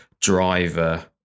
driver